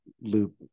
loop